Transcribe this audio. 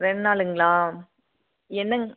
ரெண்டு நாளுங்களா என்னங்க